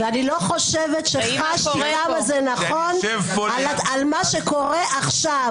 ואני לא חושבת שחשתי כמה זה נכון על מה שקורה עכשיו.